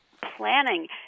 planning